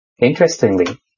Interestingly